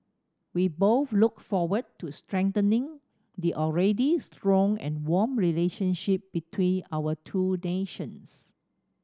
we both look forward to strengthening the already strong and warm relationship between our two nations